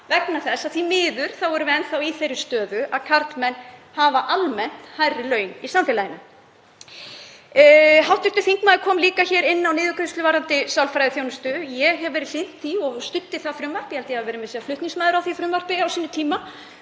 vegna þess að því miður erum við enn þá í þeirri stöðu að karlmenn hafa almennt hærri laun í samfélaginu. Hv. þingmaður kom líka inn á niðurgreiðslu á sálfræðiþjónustu. Ég hef verið hlynnt því og studdi það frumvarp, held ég hafi meira að segja verið flutningsmaður á því frumvarpi á sínum tíma